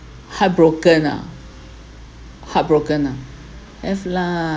heartbroken ah heartbroken ah have lah